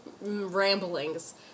ramblings